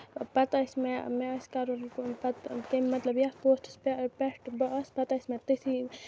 پَتہٕ آسہِ مےٚ مےٚ آسہِ کَرُن کٲم پتہٕ مطلب یَتھ پوسٹَس پٮ۪ٹھ بہٕ آسہٕ پَتہٕ آسہِ مےٚ تٔتھی